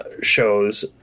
Shows